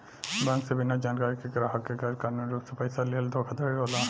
bank से बिना जानकारी के ग्राहक के गैर कानूनी रूप से पइसा लीहल धोखाधड़ी होला